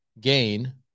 gain